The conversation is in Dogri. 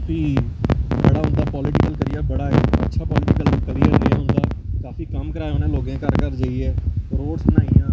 फ्ही बड़ा उंदा पालिटिकल कैरियर बड़ा अच्छा पालटिकल करै करदा काफी कम्म कराया उनें लोकें घर घर जाइयै रोड्स बनाइयां